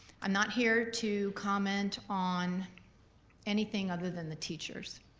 i'm not here to comment on anything other than the teachers,